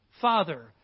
Father